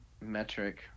metric